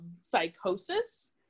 psychosis